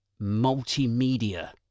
multimedia